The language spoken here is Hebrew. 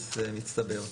בסיס מצטבר.